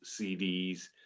CDs